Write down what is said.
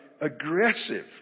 aggressive